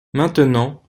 maintenant